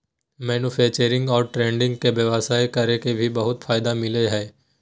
manufacturing और trading के व्यवसाय कर के भी बहुत फायदा मिलय हइ